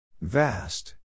Vast